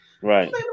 Right